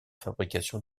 fabrication